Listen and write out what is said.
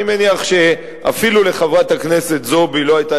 אני מניח שאפילו לחברת הכנסת זועבי לא היתה